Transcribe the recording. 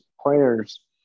players